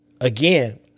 Again